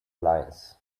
lines